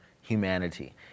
humanity